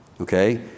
Okay